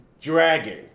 dragging